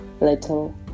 little